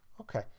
Okay